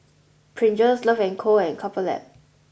Pringles Love and Co and Couple Lab